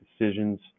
decisions